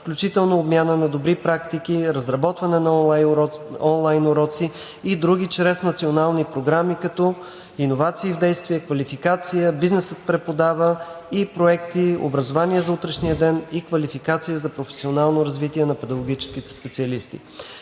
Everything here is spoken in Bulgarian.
включително обмяна на добри практики, разработване на онлайн уроци и други чрез национални програми, като „Иновации в действие“, „Квалификация“, „Бизнесът преподава“ и проекти „Образование за утрешния ден“ и „Квалификация за професионално развитие на педагогическите специалисти“.